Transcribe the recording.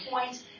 point